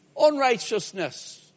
unrighteousness